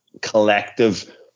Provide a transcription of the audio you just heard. collective